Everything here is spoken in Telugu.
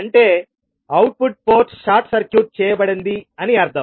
అంటే అవుట్పుట్ పోర్ట్ షార్ట్ సర్క్యూట్ చేయబడింది అని అర్థం